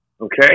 Okay